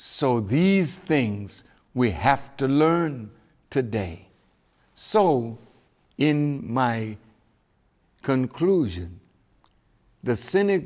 so these things we have to learn today so in my conclusion the syna